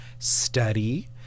Study